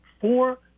four